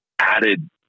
added